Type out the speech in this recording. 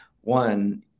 one